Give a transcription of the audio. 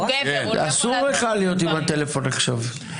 אסור לך להיות עם הטלפון עכשיו,